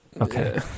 Okay